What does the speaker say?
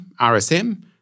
RSM